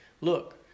look